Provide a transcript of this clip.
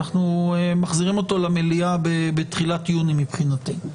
אנחנו מחזירים אותו למליאה בתחילת יוני מבחינתנו.